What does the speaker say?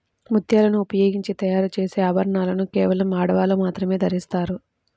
ముత్యాలను ఉపయోగించి తయారు చేసే ఆభరణాలను కేవలం ఆడవాళ్ళు మాత్రమే ధరిస్తారు